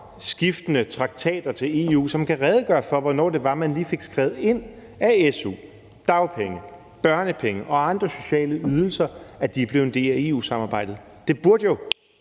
skiftende traktater til EU, som kan redegøre for, hvornår man lige fik skrevet ind, at su, dagpenge, børnepenge og andre sociale ydelser er blevet en del af EU-samarbejdet. Det burde